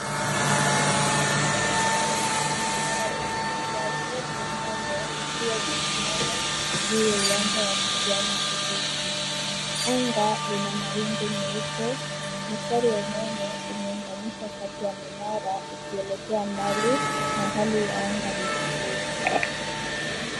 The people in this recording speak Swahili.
Mandhari haya yanaonyesha minara ya usambazaji wa umeme ikiwa imesimama juu ya uwanja wa kijani kibichi. Anga lina mawingu meupe. Mistari ya umeme imeunganishwa kati ya minara, ikielekea mbali na hali ya anga ni tulivu.